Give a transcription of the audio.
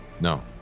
No